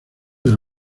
del